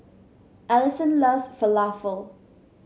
Alyson loves Falafel